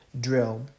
drill